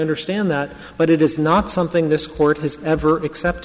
understand that but it is not something this court has ever accept